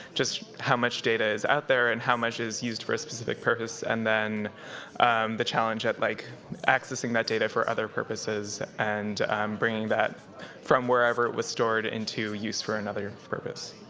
just how much data is out there, and how much is used for a specific purpose, and then the challenge of like accessing that data for other purposes, and um bringing that from wherever it was stored into use for another purpose.